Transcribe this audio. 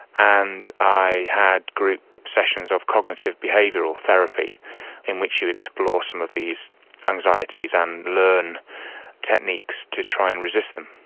and i had group sessions of cognitive behavioural therapy in which you explore some of these anxieties and learn techniques to try and resist them.